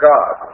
God